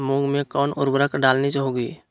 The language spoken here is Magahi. मूंग में कौन उर्वरक डालनी होगी?